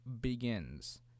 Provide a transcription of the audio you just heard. begins